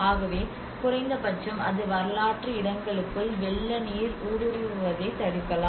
ஆகவே குறைந்தபட்சம் அது வரலாற்று இடங்களுக்குள் வெள்ள நீர் ஊடுருவுவதைத் தடுக்கலாம்